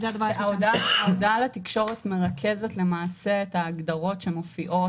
ההודעה לתקשורת מרכזת למעשה את ההגדרות שמופיעות